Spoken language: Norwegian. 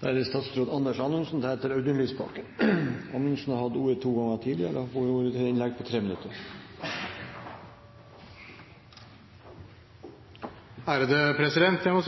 Jeg må si